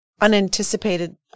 unanticipated